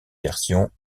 versions